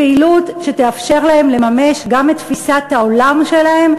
פעילות שתאפשר להם לממש גם את תפיסת העולם שלהם,